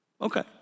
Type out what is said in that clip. Okay